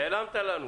--- נעלמת לנו.